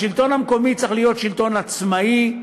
השלטון המקומי צריך להיות שלטון עצמאי.